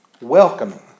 welcoming